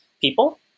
people